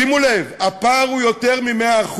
שימו לב, הפער הוא יותר מ-100%,